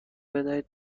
بدهید